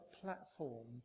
platform